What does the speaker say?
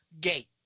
gate